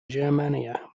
germania